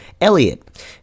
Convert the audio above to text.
Elliot